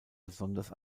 besonders